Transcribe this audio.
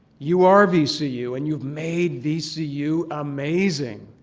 you are vcu and you've made vcu amazing.